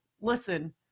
listen